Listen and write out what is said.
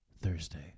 Thursday